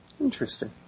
Interesting